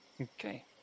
Okay